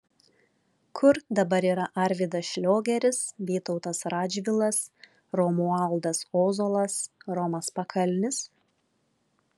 kur dabar yra arvydas šliogeris vytautas radžvilas romualdas ozolas romas pakalnis